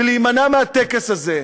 ולהימנע מהטקס הזה.